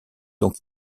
donc